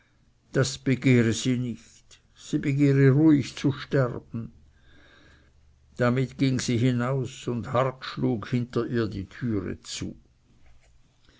das begehre sie nicht sie begehre ruhig zu sterben damit ging sie hinaus und hart schlug hinter ihr die türe zu